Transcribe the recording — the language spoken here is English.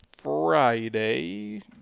Friday